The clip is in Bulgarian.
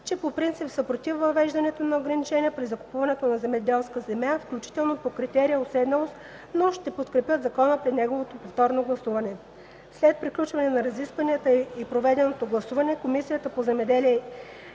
че по принцип са против въвеждането на ограничения при закупуването на земеделска земя, включително по критерия „уседналост”, но ще подкрепят закона при неговото повторно гласуване. След приключване на разискванията и проведеното гласуване Комисията по земеделието